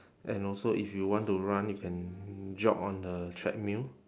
and also if you want to run you can jog on the treadmill